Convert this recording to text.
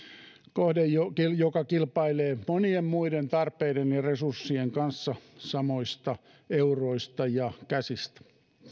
kohde joka kilpailee monien muiden tarpeiden ja resurssien kanssa samoista euroista ja käsistä